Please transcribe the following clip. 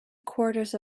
quarters